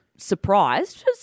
Surprised